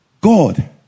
God